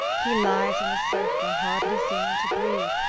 he lies on the sofa hardly seeming to breathe,